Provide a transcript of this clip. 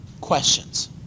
Questions